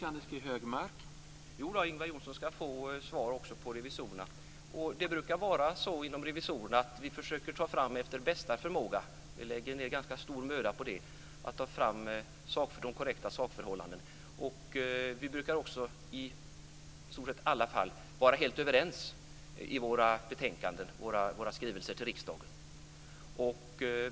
Herr talman! Jo, Ingvar Johnsson ska få svar på frågan om revisorerna också. Det brukar vara så att vi inom revisorerna efter bästa förmåga försöker ta fram - vi lägger ned ganska stor möda på det - de korrekta sakförhållandena. Vi brukar i stort sett vara helt överens i våra skrivelser till riksdagen.